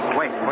wait